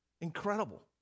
Incredible